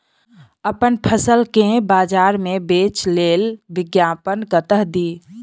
अप्पन फसल केँ बजार मे बेच लेल विज्ञापन कतह दी?